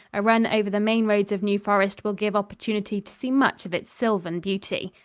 a run over the main roads of new forest will give opportunity to see much of its sylvan beauty.